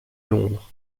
londres